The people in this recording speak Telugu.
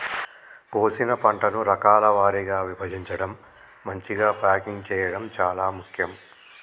కోసిన పంటను రకాల వారీగా విభజించడం, మంచిగ ప్యాకింగ్ చేయడం చాలా ముఖ్యం